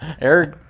Eric